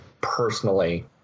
personally